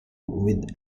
with